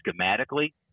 schematically